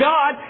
God